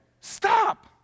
stop